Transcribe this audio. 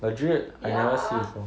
legit I never see before